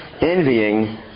envying